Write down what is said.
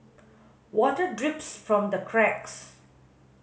water drips from the cracks